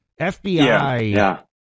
FBI